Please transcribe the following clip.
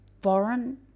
foreign